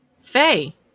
Faye